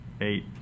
eight